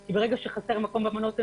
כי ברגע שחסר מקום במעונות הנעולים,